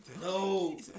No